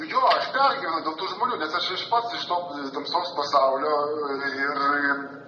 jo pergyvenu dėl tų žmonių nes ir aš pats iš to tamsos pasaulio ir ir